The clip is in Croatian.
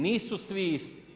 Nisu svi isti.